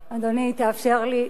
אדוני, תאפשר לי.